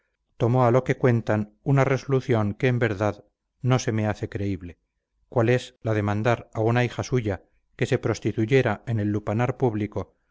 tomó a lo que cuentan una resolución que en verdad no se me hace creíble cual es la de mandar a una hija suya que se prostituyera en el lupanar público